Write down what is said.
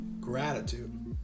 gratitude